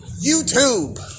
YouTube